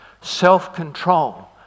self-control